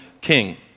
king